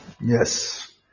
Yes